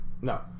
No